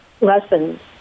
lessons